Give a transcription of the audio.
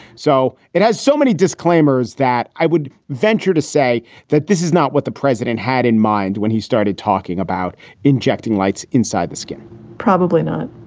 so it has so many disclaimers that i would venture to say that this is not what the president had in mind when he started talking about injecting lights inside the skin probably not.